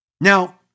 Now